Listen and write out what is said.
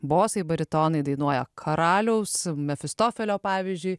bosai baritonai dainuoja karaliaus mefistofelio pavyzdžiui